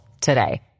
today